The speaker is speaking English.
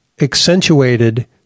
accentuated